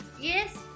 yes